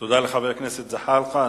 תודה לחבר הכנסת זחאלקה.